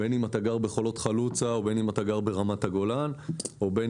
בין אם אתה גר בחולות חלוצה או בין אם אתה גר ברמת הגולן או בין